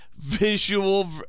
Visual